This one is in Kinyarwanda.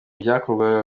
byakorwaga